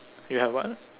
you have what